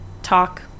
talk